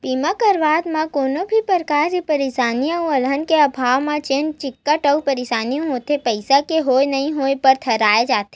बीमा करवाब म कोनो भी परकार के परसानी अउ अलहन के आवब म जेन दिक्कत अउ परसानी होथे पइसा के ओहा नइ होय बर धरय जादा